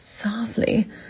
softly